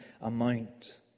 amount